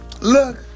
look